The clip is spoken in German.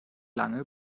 lange